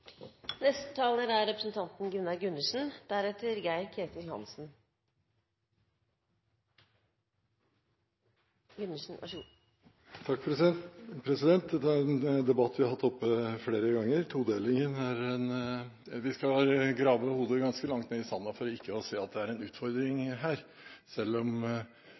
Dette er en debatt vi har hatt flere ganger. Vi skal grave hodet ganske langt ned i sanden for ikke å se at det er en utfordring her, selv om